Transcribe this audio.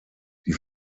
die